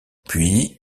puis